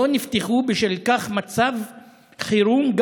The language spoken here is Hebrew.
לא נפתחו בשל מצב חירום.